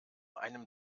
einem